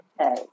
Okay